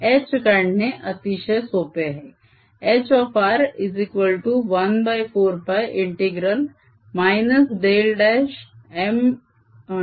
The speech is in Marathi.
H काढणे अतिशय सोपे आहे